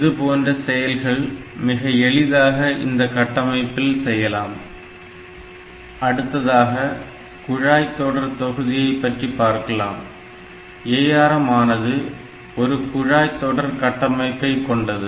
இதுபோன்ற செயல்கள் மிக எளிதாக இந்த கட்டமைப்பில் செய்யலாம் அடுத்ததாக குழாய்தொடர்தொகுதியை பற்றி பார்க்கலாம் ARM ஆனது ஒரு குழாய் தொடர் கட்டமைப்பை கொண்டது